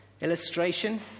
illustration